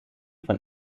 von